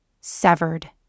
severed